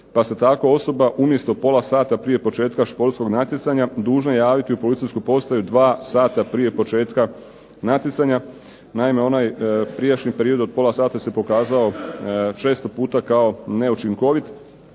pa se tako osoba umjesto pola sata prije početka športskog natjecanja dužna javiti u policijsku postaju dva sata prije početka natjecanja. Naime, onaj prijašnji period od pola sata se pokazo često puta kao neučinkovit